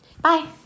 Bye